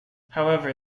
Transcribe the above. however